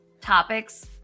topics